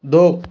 दो